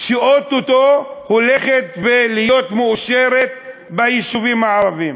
שאו-טו-טו הולכת להיות מאושרת ביישובים הערביים.